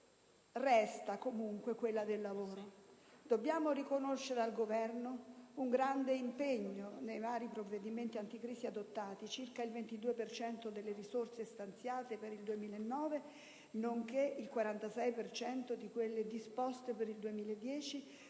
resta quella del lavoro. Dobbiamo riconoscere al Governo un grande impegno nei vari provvedimenti anticrisi adottati: circa il 22 per cento delle risorse stanziate per il 2009, nonché il 46 per cento di quelle disposte per il 2010